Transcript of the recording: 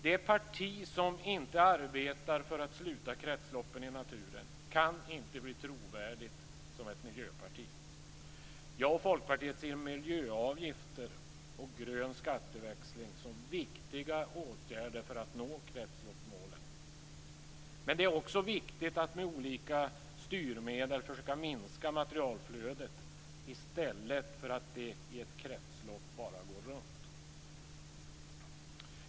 Det parti som inte arbetar för att sluta kretsloppen i naturen kan inte bli trovärdigt som ett miljöparti. Jag och Folkpartiet ser miljöavgifter och grön skatteväxling som viktiga åtgärder för att nå kretsloppsmålen. Men det är också viktigt att med olika styrmedel försöka minska materialflödet i stället för att det i ett kretslopp bara går runt.